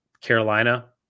Carolina